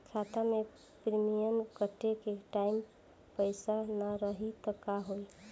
खाता मे प्रीमियम कटे के टाइम पैसा ना रही त का होई?